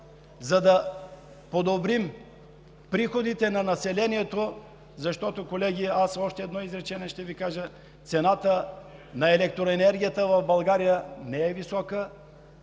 за да подобрим приходите на населението? Защото, колеги, аз още едно изречение ще Ви кажа: цената на електроенергията в България не е висока